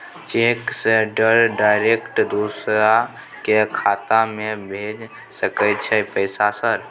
Cheque से sir direct दूसरा के खाता में भेज सके छै पैसा सर?